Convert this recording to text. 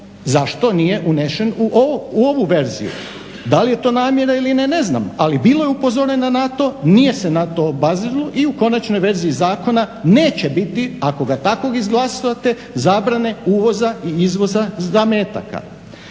zašto nije unesen u ovu verziju. Da li je to namjera ili ne, ne znam, ali bilo je upozorena na to, nije se na to obaziralo i u konačnoj verziji zakona neće biti ako ga takvog izglasate zabrane uvoza i izvoza zametaka.